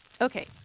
Okay